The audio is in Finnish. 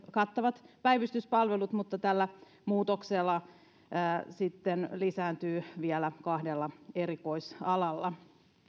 kattavat päivystyspalvelut mutta tällä muutoksella ne sitten lisääntyvät vielä kahdella erikoisalalla